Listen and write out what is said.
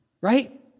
Right